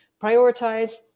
Prioritize